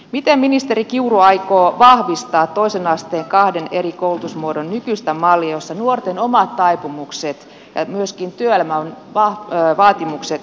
miten ministeri kiuru aikoo vahvistaa toisen asteen kahden eri koulutusmuodon nykyistä mallia jossa nuorten omat taipumukset ja myöskin työelämän vaatimukset huomioidaan